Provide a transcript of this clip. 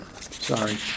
sorry